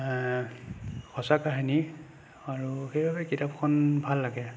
সঁচা কাহিনী আৰু সেইবাবে কিতাপখন ভাল লাগে